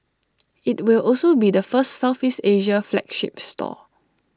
IT will also be the first Southeast Asia flagship store